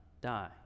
die